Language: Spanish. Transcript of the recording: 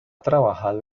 trabajado